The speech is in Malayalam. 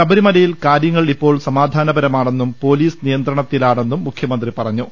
ശബരിമലയിൽ കാര്യങ്ങൾ ഇപ്പോൾ സമാധാനപരമാണെന്നും പൊലീസ് നിയന്ത്രണത്തിലാണെന്നും മുഖ്യമന്ത്രി പറഞ്ഞു